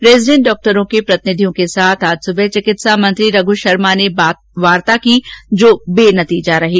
resident डॉक्टरों के प्रतिनिधियों के साथ आज सुबह चिकित्सा मंत्री रघ् शर्मा ने वार्ता की जो बेनतीजा रही